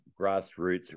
Grassroots